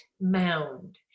mound